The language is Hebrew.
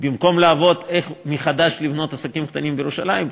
במקום לעבוד איך לבנות עסקים קטנים בירושלים מחדש,